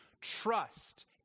trust